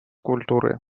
культуры